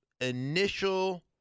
initial